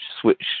switch